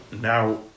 Now